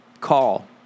call